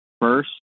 first